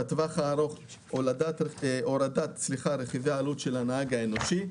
ובטווח הארוך הורדת צריכת רכיבי העלות של הנהג האנושי.